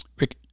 Rick